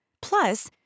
Plus